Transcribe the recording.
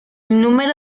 número